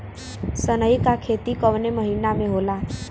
सनई का खेती कवने महीना में होला?